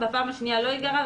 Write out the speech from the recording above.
בפעם השנייה לא ייגרע,